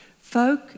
Folk